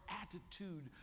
attitude